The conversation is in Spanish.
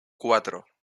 cuatro